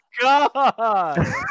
god